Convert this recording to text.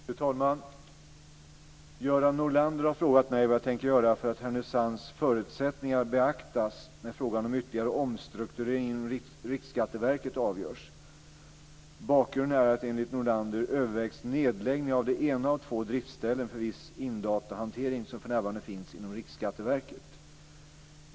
Fru talman! Göran Norlander har frågat mig vad jag tänker göra för att Härnösands förutsättningar beaktas när frågan om ytterligare omstrukturering inom Riksskatteverket avgörs. Bakgrunden är att det enligt Norlander övervägs nedläggning av det ena av två driftställen för viss indatahantering som för närvarande finns inom Riksskatteverket.